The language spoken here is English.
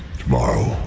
tomorrow